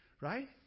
Right